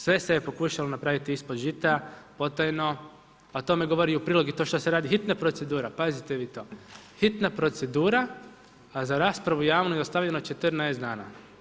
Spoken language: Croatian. Sve se pokušalo napraviti ispod žita, potajno, a tome govori u prilog i to što se radi hitna procedura, pazite vi to, hitna procedura, a za raspravu javnu je ostavljeno 14 dana.